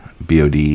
BOD